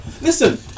listen